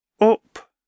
up